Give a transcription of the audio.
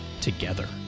together